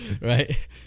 Right